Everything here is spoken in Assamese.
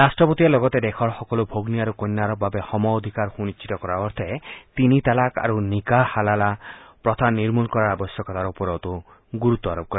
ৰট্টপতিয়ে লগতে দেশৰ সকলো ভগ্নী আৰু কন্যাৰ বাবে সমঅধিকাৰ সুনিশ্চিত কৰাৰ অৰ্থে তিনি তালাক আৰু নিকাহ হালালা প্ৰথা নিৰ্মূল কৰাৰ আৱশ্যকতাৰ ওপৰতো গুৰুত্ব আৰোপ কৰে